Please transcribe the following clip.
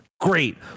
great